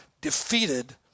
defeated